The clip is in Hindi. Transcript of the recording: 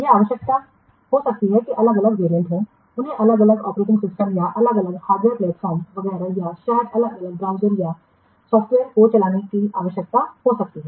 यह आवश्यक हो सकता है कि अलग अलग वेरिएंट हों उन्हें अलग अलग ऑपरेटिंग सिस्टम या अलग अलग हार्डवेयर प्लेटफॉर्म वगैरह या शायद अलग अलग ब्राउजर पर सॉफ्टवेयर को चलाने की आवश्यकता हो सकती है